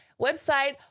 website